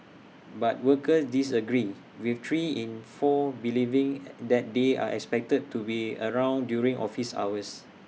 but workers disagreed with three in four believing at that they are expected to be around during office hours